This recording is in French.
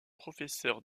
professeur